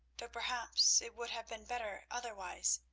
though perhaps it would have been better otherwise.